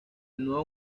nuevo